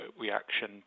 reaction